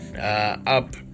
up